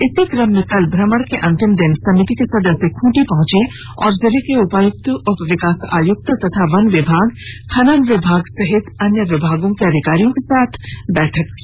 इसी क्रम में कल भ्रमण के अंतिम दिन समिति के सदस्य खूंटी पहंचे और जिले के उपायुक्त उप विकास आयुक्त और वन विभाग खनन विभाग समेत अन्य विभागों के अधिकारियों के साथ बैठक की